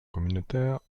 communautaire